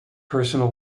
personal